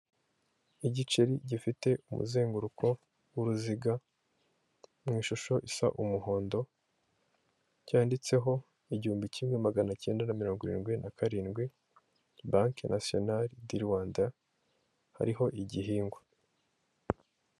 Igiceri gifite umuzenguruko wuruziga mu ishusho isa umuhondo cyanyanditseho igihumbi kimwe maganacyenda na mirongo irindwi na karindwi banki nsiyonari di rwanda hariho igihingwa.